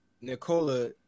Nicola –